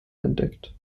entdeckt